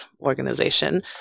organization